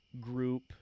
Group